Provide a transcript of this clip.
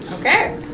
Okay